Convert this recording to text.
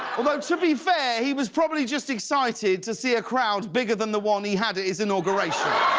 although to be fair, he was probably just excited to see a crowd bigger than the one he had at his inauguration.